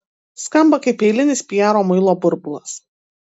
skamba kaip eilinis piaro muilo burbulas